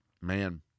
man